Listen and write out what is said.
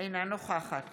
אינה נוכחת